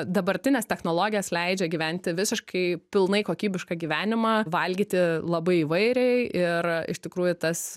dabartinės technologijos leidžia gyventi visiškai pilnai kokybišką gyvenimą valgyti labai įvairiai ir iš tikrųjų tas